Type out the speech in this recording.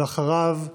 ואחריו,